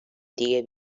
دیگه